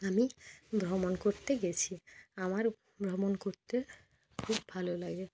আমি ভ্রমণ করতে গেছি আমার ভ্রমণ করতে খুব ভালো লাগে